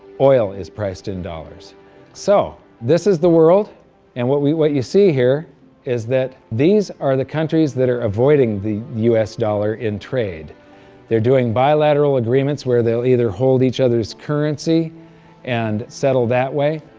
oil is priced in dollars so this is the world and what we what you see here is that these are the countries that are avoiding the us dollar in trade they're doing bilateral agreements where they'll either hold each other's currency and settle that way,